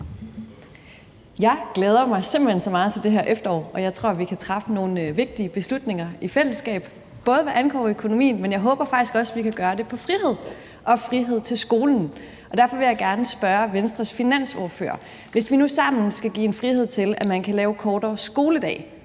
glæder mig simpelt hen så meget til det her efterår, og jeg tror, vi kan træffe nogle vigtige beslutninger i fællesskab, både hvad angår økonomien, men jeg håber faktisk også, at vi kan gøre det, når det kommer til frihed og frihed til skolen. Derfor vil jeg gerne spørge Venstres finansordfører: Hvis vi nu sammen skal give en frihed til, at man kan lave kortere skoledag,